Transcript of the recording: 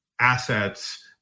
assets